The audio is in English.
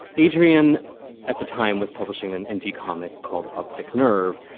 adrian at the time was publishing an indie comic called optic nerve.